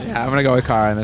i'm gonna go with car and